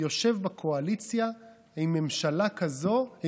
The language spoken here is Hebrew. יושב בקואליציה עם ממשלה כזאת,